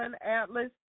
Atlas